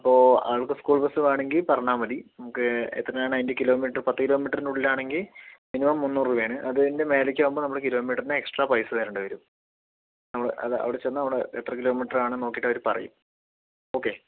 അപ്പോൾ ആൾക്ക് സ്കൂൾബസ് വേണമെങ്കിൽ പറഞ്ഞാൽ മതി നമുക്ക് എത്രയാണ് അതിൻ്റെ കിലോമീറ്റർ പത്തുകിലോമീറ്ററിനുള്ളിലാ ണെങ്കിൽ മിനിമം മുന്നൂറുരൂപയാണ് അതിൻ്റെ മേലെക്കാവുമ്പോൾ നമ്മള് കിലോമീറ്ററിന് എക്സ്ട്രാ പൈസ തരേണ്ടിവരും നമ്മള് അല്ല അവിടെച്ചെന്നു അവിടെ എത്ര കിലോമീറ്ററാണെന്നു നോക്കിയിട്ട് അവര് പറയും ഓക്കെ